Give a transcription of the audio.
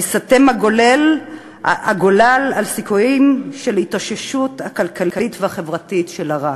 ייסתם הגולל על הסיכוי להתאוששותה הכלכלית והחברתית של ערד.